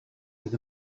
нэг